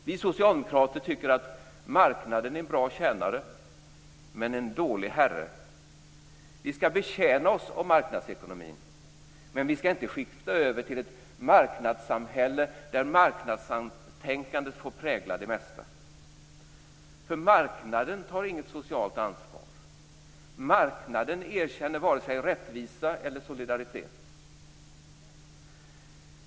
Vi socialdemokrater tycker att marknaden är en bra tjänare men en dålig herre. Vi skall betjäna oss av marknadsekonomin, men vi skall inte skifta över till ett marknadssamhälle där marknadstänkandet får prägla det mesta. Marknaden tar inget socialt ansvar. Marknaden erkänner inte vare sig rättvisa eller solidaritet.